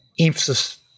emphasis